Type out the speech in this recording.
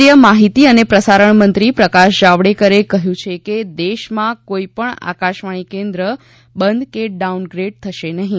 કેન્દ્રીય માહિતી અને પ્રસારણ મંત્રી પ્રકાશ જાવડેકરે કહ્યું છે કે દેશમાં કોઈ પણ આકાશવાણી કેન્દ્ર બંધ કે ડાઉનગ્રેડ થશે નહીં